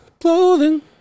clothing